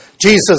Jesus